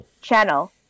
channel